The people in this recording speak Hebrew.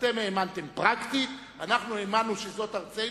אתם האמנתם פרקטית, אנחנו האמנו שזאת ארצנו,